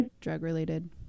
drug-related